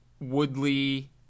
Woodley